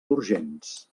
urgents